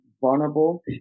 vulnerable